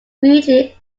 sweetly